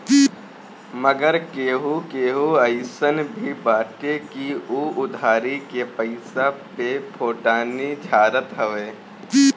मगर केहू केहू अइसन भी बाटे की उ उधारी के पईसा पे फोटानी झारत हवे